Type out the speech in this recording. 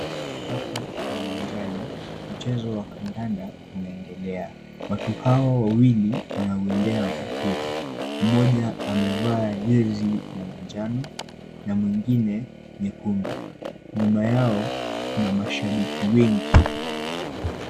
Hapa ni uwanjani. Mchezo wa kandanda unaendelea. Watu hawa wawili wanauendea mpira. Mmoja amevaa jezi ya manjano na mwingine nyekundu. Nyuma yao kuna mashabiki wengi.